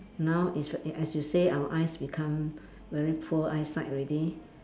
now it's as you say our eyes become very poor eyesight already